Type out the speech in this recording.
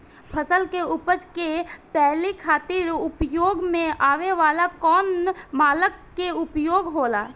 फसल के उपज के तौले खातिर उपयोग में आवे वाला कौन मानक के उपयोग होला?